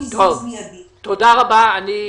למצבים של היעדר יכולת להעסיק לחצי שעה או לשעה כוח אדם נוסף על